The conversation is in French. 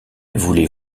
voulez